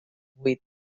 vuit